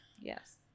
Yes